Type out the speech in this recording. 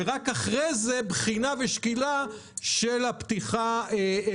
ורק אחרי זה בחינה ושקילה של ההפרטה.